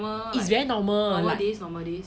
but is very normal like